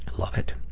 love it.